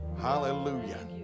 Hallelujah